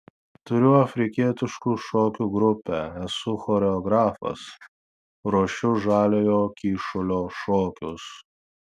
turiu afrikietiškų šokių grupę esu choreografas ruošiu žaliojo kyšulio šokius